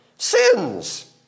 sins